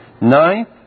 Ninth